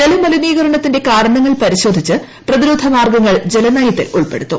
ജല മലിനീകരണത്തിന്റെ കാരണങ്ങൾ പരിശോധിച്ച് പ്രതിരോധ മാർഗ്ഗങ്ങൾ ജല നയത്തിൽ ഉൾപ്പെടുത്തും